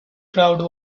crowd